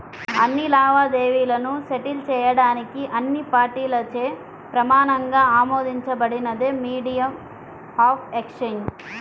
ఆర్థిక లావాదేవీలను సెటిల్ చేయడానికి అన్ని పార్టీలచే ప్రమాణంగా ఆమోదించబడినదే మీడియం ఆఫ్ ఎక్సేంజ్